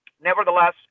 Nevertheless